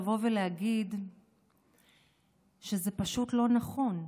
כדי לבוא ולהגיד שזה פשוט לא נכון.